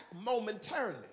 momentarily